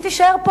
היא תישאר פה,